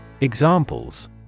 EXAMPLES